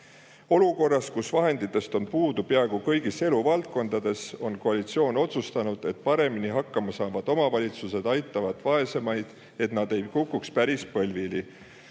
Olukorras, kus vahenditest on puudu peaaegu kõigis eluvaldkondades, on koalitsioon otsustanud, et paremini hakkama saavad omavalitsused aitavad vaesemaid, et need ei kukuks päris põlvili.